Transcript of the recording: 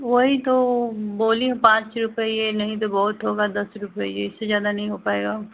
वही तो बोली हूँ पाँच रुपये नहीं तो बहुत होगा दस रुपये इससे ज़्यादा नहीं पायेगा अब